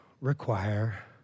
require